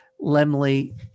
Lemley